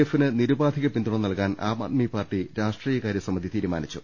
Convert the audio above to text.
എഫിന് നിരുപാധിക പിന്തുണ നൽകാൻ ആം ആദ്മി പാർട്ടി രാഷ്ട്രീയകാര്യ സമിതി തീരു മാനിച്ചു